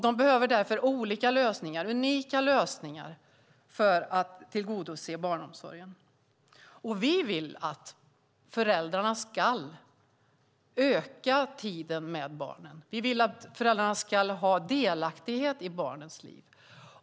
Det behövs därför olika lösningar, unika lösningar, för att tillgodose barnomsorgen. Vi vill att föräldrarna ska öka tiden med barnen. Vi vill att föräldrarna ska ha delaktighet i barnens liv.